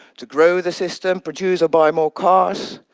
to grow the system, produce or buy more cars,